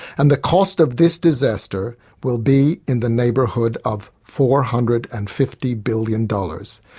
and the cost of this disaster will be in the neighbourhood of four hundred and fifty billion dollars,